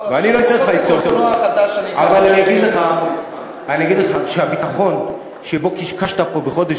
אני אגיד לך שהביטחון שבו קשקשת פה בחודש